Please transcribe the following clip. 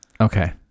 Okay